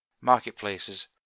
marketplaces